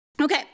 Okay